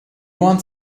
want